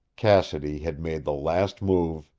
cassidy had made the last move,